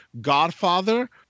Godfather